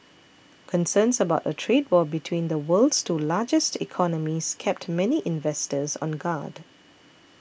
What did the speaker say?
concerns about a trade war between the world's two largest economies kept many investors on guard